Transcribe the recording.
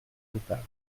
départ